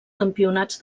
campionats